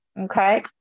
Okay